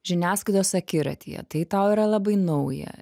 žiniasklaidos akiratyje tai tau yra labai nauja